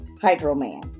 Hydro-Man